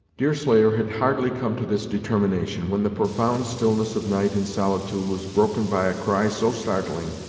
deerslayer had hardly come to this determination, when the profound stillness of night and solitude was broken by a cry so startling,